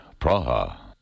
Praha